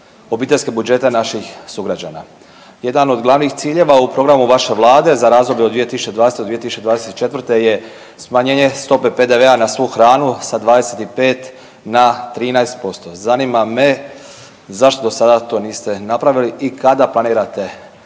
obiteljske budžete naših sugrađana. Jedan od glavnih ciljeva u programu vaše vlade za razdoblju od 2020. do 2024. je smanjenje stope PDV-a na svu hranu sa 25 na 13%. Zanima me zašto do sada to niste napravili i kada planirate